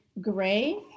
gray